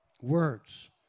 words